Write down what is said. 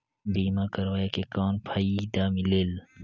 बीमा करवाय के कौन फाइदा मिलेल?